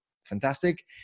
fantastic